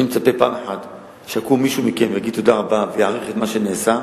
אני מצפה שפעם אחת יקום מישהו מכם ויגיד תודה רבה ויעריך את מה שנעשה,